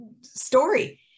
story